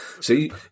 See